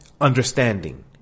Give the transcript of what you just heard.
understanding